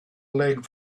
leg